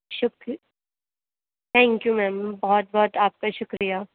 شُکر thank you ma'am بہت بہت آپ کا شُکریہ